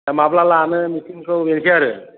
दा माब्ला लानो मिटिंखौ बेसो आरो